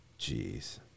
Jeez